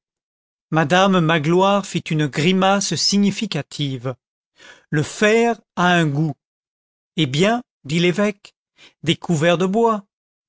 madame magloire fit une grimace significative le fer a un goût eh bien dit l'évêque des couverts de bois